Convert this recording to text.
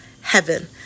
heaven